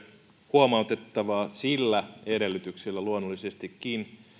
huomautettavaa sillä edellytyksellä luonnollisestikin